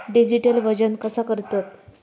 Digital वजन कसा करतत?